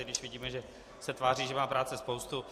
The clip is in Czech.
I když vidíme, že se tváří, že má práce spoustu.